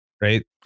right